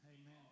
Amen